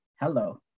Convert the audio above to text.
hello